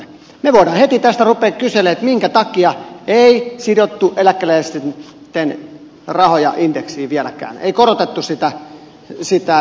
me voimme heti tästä ruveta kyselemään minkä takia ei sidottu eläkeläisten rahoja indeksiin vieläkään ei korotettu sitä eläkeläisten rahoitusta